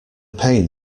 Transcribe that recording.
pain